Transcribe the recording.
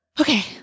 Okay